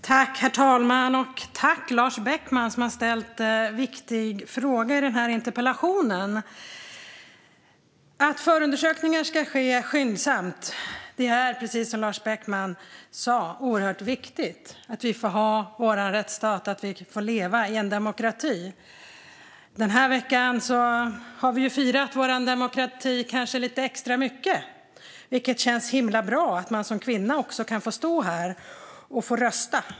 Herr talman! Tack, Lars Beckman, som har ställt en viktig fråga i interpellationen! Att förundersökningar ska ske skyndsamt är, precis som Lars Beckman sa, oerhört viktigt. Det handlar om att vi får ha vår rättsstat och får leva i en demokrati. Den här veckan har vi firat vår demokrati kanske lite extra mycket. Det känns himla bra att man som kvinna kan få stå här och få rösta.